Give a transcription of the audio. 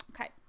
Okay